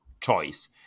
choice